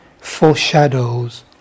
foreshadows